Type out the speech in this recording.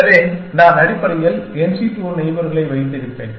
எனவே நான் அடிப்படையில் n c 2 நெய்பர்களை வைத்திருப்பேன்